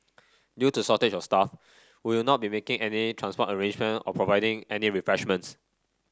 due to shortage of staff we will not be making any transport arrangement or providing any refreshments